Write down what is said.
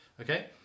Okay